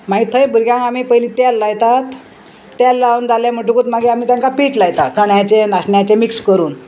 मागीर थंय भुरग्यांक आमी पयलीं तेल लायतात तेल लावन जाले म्हणटकूच मागीर आमी तेंकां पीट लायतात चण्याचें नाशण्याचें मिक्स करून